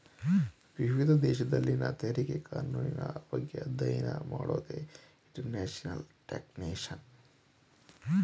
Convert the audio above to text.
ವಿವಿಧ ದೇಶದಲ್ಲಿನ ತೆರಿಗೆ ಕಾನೂನಿನ ಬಗ್ಗೆ ಅಧ್ಯಯನ ಮಾಡೋದೇ ಇಂಟರ್ನ್ಯಾಷನಲ್ ಟ್ಯಾಕ್ಸ್ಯೇಷನ್